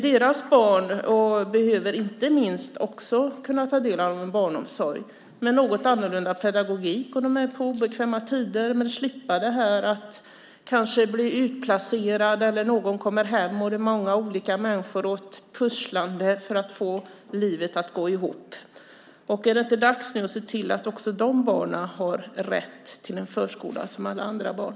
Deras barn behöver också kunna ta del av en barnomsorg med något annorlunda pedagogik och på obekväma tider. Då slipper de att kanske bli utplacerade eller ha någon som kommer hem, med många olika människors pusslande för att få livet att gå ihop. Är det inte dags att se till att också de barnen har rätt till en förskola som alla andra barn?